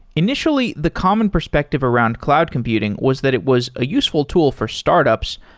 initially, the common perspective around cloud computing was that it was a useful tool for startups,